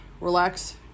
relax